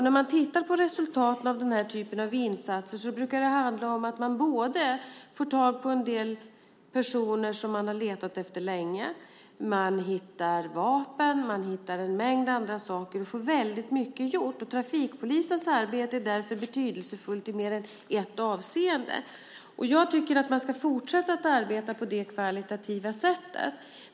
När man tittar på resultaten av denna typ av insatser brukar det handla om att man får tag på en del personer som man har letat efter länge, att man hittar vapen och att man hittar en mängd andra saker och får väldigt mycket gjort. Trafikpolisens arbete är därför betydelsefullt i mer än ett avseende. Jag tycker att man ska fortsätta att arbeta på detta kvalitativa sätt.